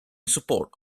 support